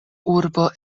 urbo